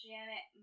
Janet